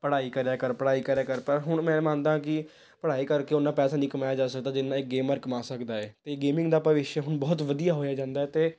ਪੜ੍ਹਾਈ ਕਰਿਆ ਕਰ ਪੜ੍ਹਾਈ ਕਰਿਆ ਕਰ ਪਰ ਹੁਣ ਮੈਂ ਮੰਨਦਾ ਕਿ ਪੜ੍ਹਾਈ ਕਰਕੇ ਉੱਨਾ ਪੈਸਾ ਨਹੀਂ ਕਮਾਇਆ ਜਾ ਸਕਦਾ ਜਿੰਨਾ ਇੱਕ ਗੇਮਰ ਕਮਾ ਸਕਦਾ ਹੈ ਅਤੇ ਗੇਮਿੰਗ ਦਾ ਭਵਿੱਖ ਹੁਣ ਬਹੁਤ ਵਧੀਆ ਹੋਇਆ ਜਾਂਦਾ ਅਤੇ